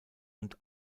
und